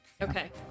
okay